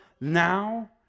now